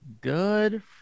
Good